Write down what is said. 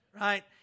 right